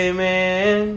Amen